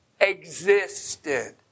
existed